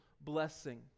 blessing